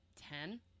Ten